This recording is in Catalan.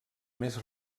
més